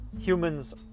Humans